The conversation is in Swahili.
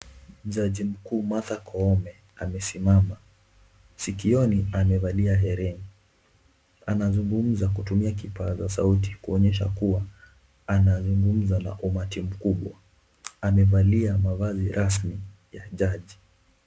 Jaji mkuu Martha Koome amesimama, sikioni amevalia herini. Anazungumza kutumia kipaza sauti kuonyesha kuwa anazungumza na umati mkubwa. Amevalia mavazi rasmi ya jaji.